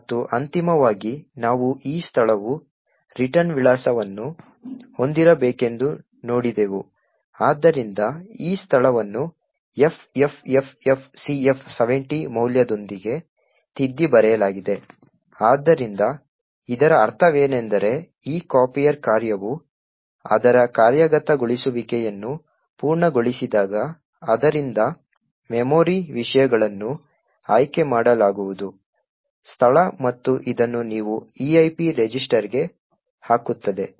ಮತ್ತು ಅಂತಿಮವಾಗಿ ನಾವು ಈ ಸ್ಥಳವು ರಿಟರ್ನ್ ವಿಳಾಸವನ್ನು ಹೊಂದಿರಬೇಕೆಂದು ನೋಡಿದೆವು ಆದ್ದರಿಂದ ಈ ಸ್ಥಳವನ್ನು FFFFCF70 ಮೌಲ್ಯದೊಂದಿಗೆ ತಿದ್ದಿ ಬರೆಯಲಾಗಿದೆ ಆದ್ದರಿಂದ ಇದರ ಅರ್ಥವೇನೆಂದರೆ ಈ copier ಕಾರ್ಯವು ಅದರ ಕಾರ್ಯಗತಗೊಳಿಸುವಿಕೆಯನ್ನು ಪೂರ್ಣಗೊಳಿಸಿದಾಗ ಅದರಿಂದ ಮೆಮೊರಿ ವಿಷಯಗಳನ್ನು ಆಯ್ಕೆ ಮಾಡಲಾಗುವುದು ಸ್ಥಳ ಮತ್ತು ಇದನ್ನು ನೀವು EIP ರಿಜಿಸ್ಟರ್ಗೆ ಹಾಕುತ್ತದೆ